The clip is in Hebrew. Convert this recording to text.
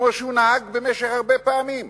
כמו שהוא נהג הרבה פעמים.